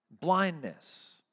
blindness